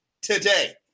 today